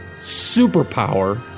superpower